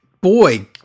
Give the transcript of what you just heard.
boy